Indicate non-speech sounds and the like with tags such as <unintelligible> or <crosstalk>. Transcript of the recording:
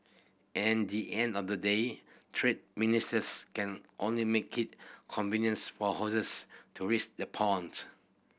at the end of the day trade ministers can only make it convenience for horses to <unintelligible> the ponds